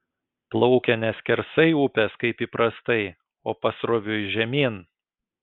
plaukia ne skersai upės kaip įprastai o pasroviui žemyn